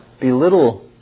belittle